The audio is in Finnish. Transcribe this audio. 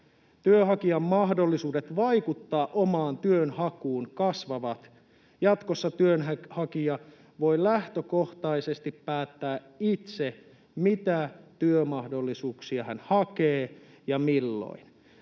Työnhakijan mahdollisuudet vaikuttaa omaan työnhakuunsa kasvavat. Jatkossa työnhakija voi lähtökohtaisesti päättää itse, mitä työmahdollisuuksia hän hakee ja milloin.